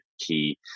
key